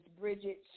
Bridget